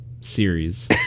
Series